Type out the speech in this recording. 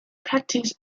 practice